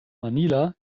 manila